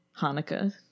Hanukkah